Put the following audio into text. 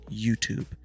YouTube